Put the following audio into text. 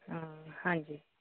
ਹਾਂ ਹਾਂਜੀ